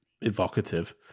evocative